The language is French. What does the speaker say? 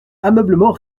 ameublement